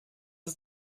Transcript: ist